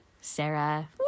Sarah